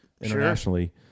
internationally